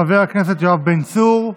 חבר הכנסת יואב בן צור,